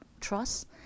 trust